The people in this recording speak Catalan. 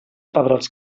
pebrots